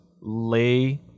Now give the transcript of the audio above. lay